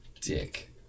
Dick